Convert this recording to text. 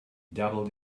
dabbled